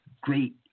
Great